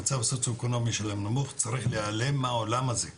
המצב הסוציואקונומי נמוך צריך להיעלם מהעולם הזה.